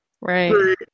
right